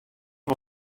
wol